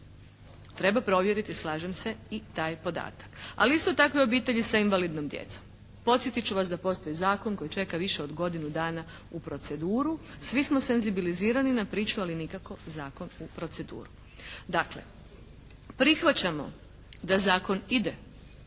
Treba provjeriti slažem se i taj podatak. Ali isto tako i obitelji sa invalidnom djecom. Podsjetit ću vas da postoji zakon koji čeka više od godinu dana u proceduru. Svi smo senzibilizirani na priču ali nikako zakon u proceduru. Dakle, prihvaćamo da zakon ide